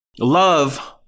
Love